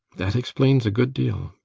that explains a good deal.